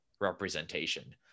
representation